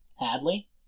Hadley